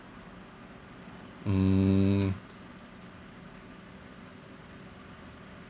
mm